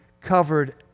covered